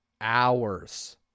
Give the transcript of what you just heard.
hours